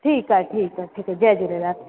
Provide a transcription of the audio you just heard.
ठीकु आहे ठीकु आहे ठीकु आहे जय झूलेलाल